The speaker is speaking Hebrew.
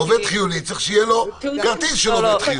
לעובד חיוני צריך שיהיה כרטיס של עובד חיוני.